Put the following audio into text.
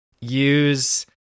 use